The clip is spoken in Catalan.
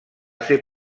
ser